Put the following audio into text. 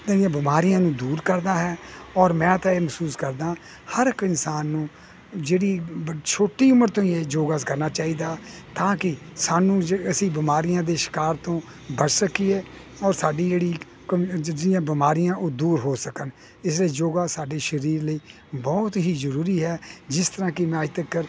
ਬਿਮਾਰੀਆਂ ਨੂੰ ਦੂਰ ਕਰਦਾ ਹੈ ਔਰ ਮੈਂ ਤਾਂ ਇਹ ਮਹਿਸੂਸ ਕਰਦਾ ਹਰ ਇੱਕ ਇਨਸਾਨ ਨੂੰ ਜਿਹੜੀ ਛੋਟੀ ਉਮਰ ਤੋਂ ਹੀ ਇਹ ਯੋਗਾ ਸ ਕਰਨਾ ਚਾਹੀਦਾ ਤਾਂ ਕਿ ਸਾਨੂੰ ਜ ਅਸੀਂ ਬਿਮਾਰੀਆਂ ਦੇ ਸ਼ਿਕਾਰ ਤੋਂ ਬਚ ਸਕੀਏ ਔਰ ਸਾਡੀ ਜਿਹੜੀਆਂ ਬਿਮਾਰੀਆਂ ਉਹ ਦੂਰ ਹੋ ਸਕਣ ਇਸ ਲਈ ਯੋਗਾ ਸਾਡੇ ਸਰੀਰ ਲਈ ਬਹੁਤ ਹੀ ਜ਼ਰੂਰੀ ਹੈ ਜਿਸ ਤਰ੍ਹਾਂ ਕਿ ਮੈਂ ਅੱਜ ਤੀਕਰ